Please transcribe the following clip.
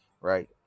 right